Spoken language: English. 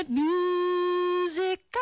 music